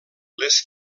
les